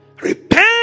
Repent